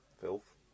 filth